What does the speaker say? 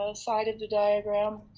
ah side of the diagram.